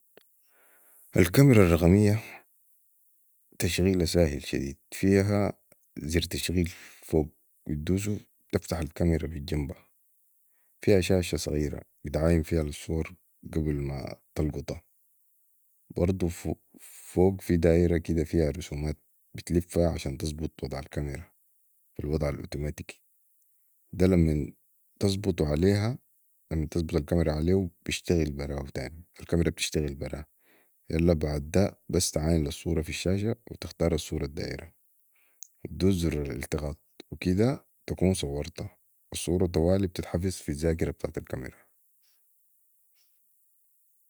الكميرا الرقميه تشغيلا ساهل شديد فيها زر تشغيل فوق بدوسو بتفتح الكميرا بي الجمبه فيها شاشه صغيره بتعاين فيها للصورة قبل تلقطا برضو فوق في دائره كده فيها رسومات بتلفها عشان تظبط وضع الكمير في وضع الاتومتك ده لمن تظبتو عليهو الكميرا بتشتغل براها تاني يلا بعده بس تعاين لي الصوره في الشاشه وتختارالصوره الدايره وتدوس زر الالتقاط وكده تكون صورتا والصوره طوالي بتتحفظ في ذاكره الكميرا